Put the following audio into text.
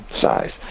size